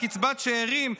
קצבת שארים,